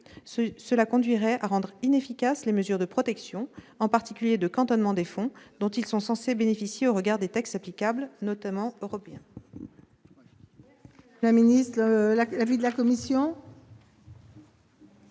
Cela conduirait à rendre inefficaces les mesures de protection, en particulier de cantonnement des fonds, dont ils sont censés bénéficier au regard des textes applicables, notamment européens. Quel est l'avis de la commission ?